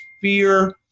fear